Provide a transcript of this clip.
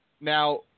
now